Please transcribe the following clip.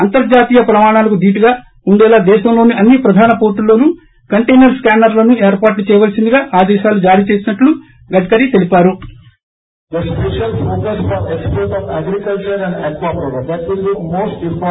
అంతర్జాతీయ ప్రమాణాలకు ధీటుగా ఉండేలా దేశంలోని అన్ని ప్రధాన వోర్లుల్లోను కంటైనర్ స్కానర్లను ఏర్పాటు చేయవలసిందిగా ఆదేశాలు జారీ చేసినట్టు గడ్కరీ తెలిపారు